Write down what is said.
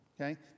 Okay